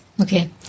Okay